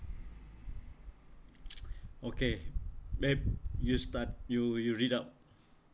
okay babe you start you you read out